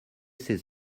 ces